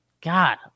God